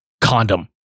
Condom